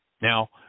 Now